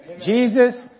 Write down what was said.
Jesus